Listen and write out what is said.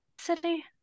city